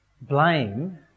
Blame